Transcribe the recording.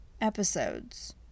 episodes